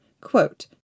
quote